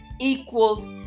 equals